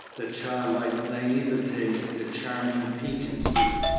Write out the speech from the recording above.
the childlike naivete, the charming piquancy,